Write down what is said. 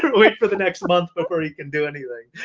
wait for the next month before we can do anything.